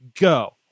Go